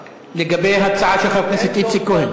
לגבי ההצעה של חבר הכנסת איציק כהן.